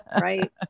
Right